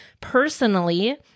personally